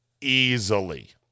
easily